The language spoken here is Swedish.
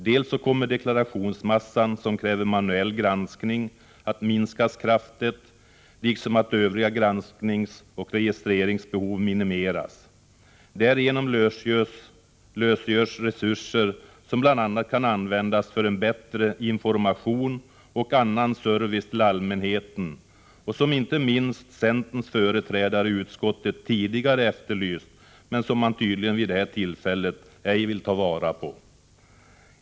Dels kommer deklarationsmassan som kräver manuell granskning att minskas kraftigt, dels kommer övriga granskningsoch registreringsbehov att minimeras. Därigenom lösgörs resurser som bl.a. kan användas för en bättre information och annan service till allmänheten, som inte minst centerns företrädare i utskottet tidigare efterlyst men som de tydligen vid det här tillfället ej vill ta vara på.